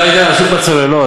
אתה היית עסוק בצוללות.